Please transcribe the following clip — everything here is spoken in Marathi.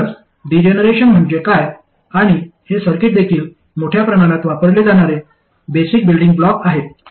म्हणूनच डीजेनेरेशन म्हणजे काय आणि हे सर्किट देखील मोठ्या प्रमाणात वापरले जाणारे बेसिक बिल्डिंग ब्लॉक आहेत